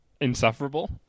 insufferable